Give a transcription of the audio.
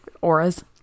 auras